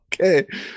okay